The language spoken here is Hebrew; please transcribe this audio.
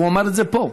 הוא אמר את זה פה.